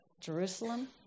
Jerusalem